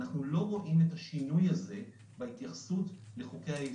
אנחנו לא רואים את השינוי הזה בהתייחסות לחוקי-היסוד.